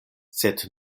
sed